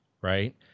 right